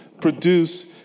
produce